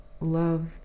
love